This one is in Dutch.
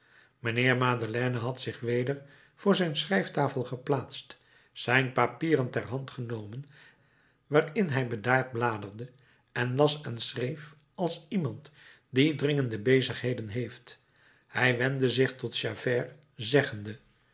mijnheer madeleine had zich weder voor zijn schrijftafel geplaatst zijn papieren ter hand genomen waarin hij bedaard bladerde en las en schreef als iemand die dringende bezigheden heeft hij wendde zich tot javert zeggende